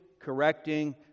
correcting